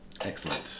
excellent